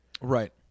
Right